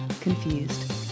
Confused